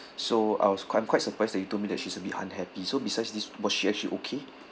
so I was quite I'm quite surprised that you told me that she's a be bit unhappy so besides this was she actually okay